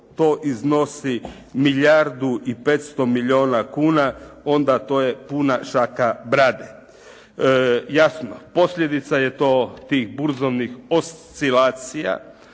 to iznosi milijardu i 500 milijuna kuna, onda to je puna šaka brade. Jasno, posljedica je to tih burzovnih oscilacija,